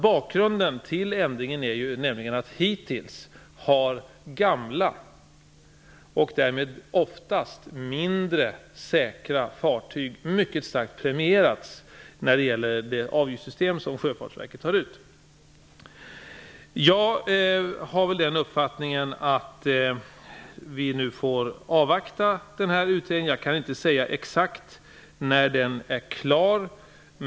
Bakgrunden till ändringen är att hittills har gamla och därmed oftast mindre säkra fartyg premierats mycket starkt i det avgiftssystem som Sjöfartsver ket tillämpar. Jag har uppfattningen att vi får avvakta utred ningen. Jag kan inte säga exakt när den är klar.